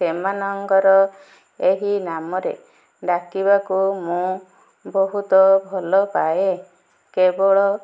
ସେମାନଙ୍କର ଏହି ନାମରେ ଡାକିବାକୁ ମୁଁ ବହୁତ ଭଲପାଏ କେବଳ